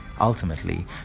Ultimately